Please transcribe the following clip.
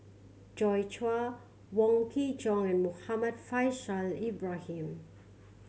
Joi Chua Wong Kin Jong and Muhammad Faishal Ibrahim